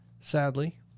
Sadly